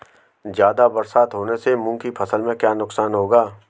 ज़्यादा बरसात होने से मूंग की फसल में क्या नुकसान होगा?